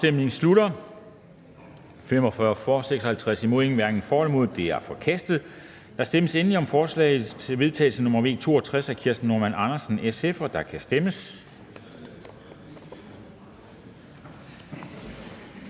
eller imod stemte 0. Forslag til vedtagelse nr. V 61 er forkastet. Der stemmes endelig om forslag til vedtagelse nr. V 62 af Kirsten Normann Andersen (SF), og der kan stemmes.